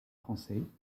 français